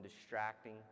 distracting